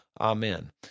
Amen